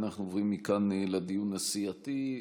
אנחנו עוברים מכאן לדיון הסיעתי.